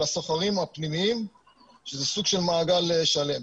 הסוחרים הפנימיים שזה סוג של מעגל שלם.